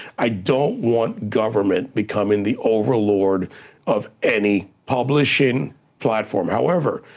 i don't want government becoming the overlord of any publishing platform. however,